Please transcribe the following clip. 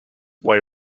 why